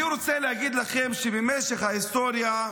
אני רוצה להגיד לכם שבמשך ההיסטוריה,